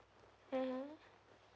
mmhmm